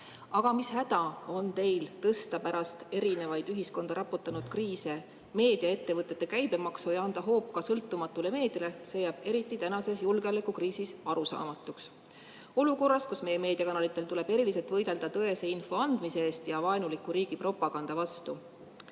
Aga mis häda on teil tõsta pärast erinevaid ühiskonda raputanud kriise meediaettevõtete käibemaksu ja anda hoop ka sõltumatule meediale – see jääb arusaamatuks eriti tänases julgeolekukriisis, olukorras, kus meie meediakanalitel tuleb eriliselt võidelda tõese info andmise eest ja vaenuliku riigi propaganda vastu.